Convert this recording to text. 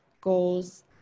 goals